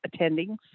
attendings